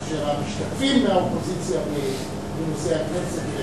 כאשר המשתתפים מהאופוזיציה בכינוסי הכנסת,